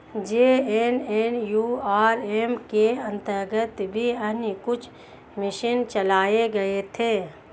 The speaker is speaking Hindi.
जे.एन.एन.यू.आर.एम के अंतर्गत भी अन्य कुछ मिशन चलाए गए थे